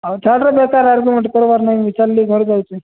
ଆଉ ଛାଡ଼୍ରେ ବେକାର୍ ଆର୍ଗୁମେଣ୍ଟ୍ କରିବାର ନାହିଁ ମୁଁ ଚାଲ୍ଲି ଘର ଯାଉଛି